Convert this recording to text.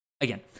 Again